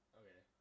okay